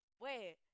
Wait